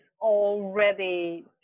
already